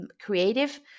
creative